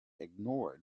ignored